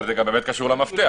אבל זה גם באמת קשור למפתח,